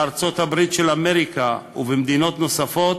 בארצות-הברית של אמריקה ובמדינות נוספות